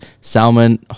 Salmon